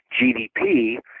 GDP